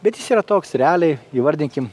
bet jis yra toks realiai įvardinkim